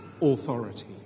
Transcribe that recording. authority